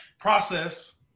process